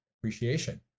appreciation